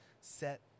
set